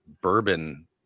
bourbon